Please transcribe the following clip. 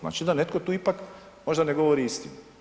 Znači da netko tu ipak možda ne govori istinu.